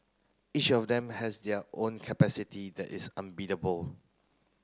each of them has their own capacity that is unbeatable